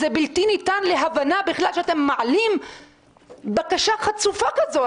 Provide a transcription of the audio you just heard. זה בלתי ניתן להבנה בכלל שאתם מעלים בקשה חצופה כזו.